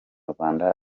rwanda